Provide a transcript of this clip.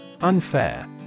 Unfair